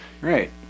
right